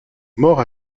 mort